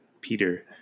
Peter